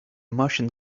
motion